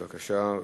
בבקשה,